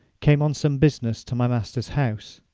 came on some business to my master's house.